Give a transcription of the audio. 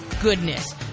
goodness